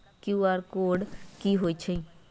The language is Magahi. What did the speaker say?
कियु.आर कोड कि हई छई?